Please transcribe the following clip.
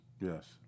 yes